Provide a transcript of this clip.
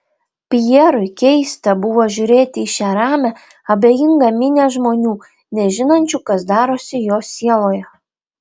pjerui keista buvo žiūrėti į šią ramią abejingą minią žmonių nežinančių kas darosi jo sieloje